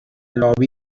لابی